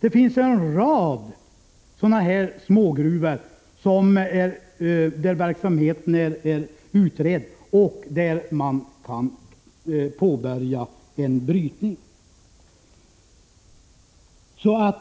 Det finns en rad smågruvor, där verksamheten är utredd och där man kan påbörja en brytning.